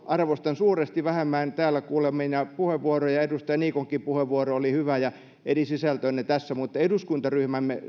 arvostan suuresti edustaja vähämäeltä täällä kuulemiani puheenvuoroja edustaja niikonkin puheenvuoro oli hyvä ja erisisältöinen tässä mutta eduskuntaryhmänne